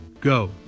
Go